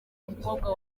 umukobwa